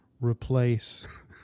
replace